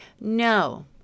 no